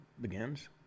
begins